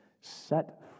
set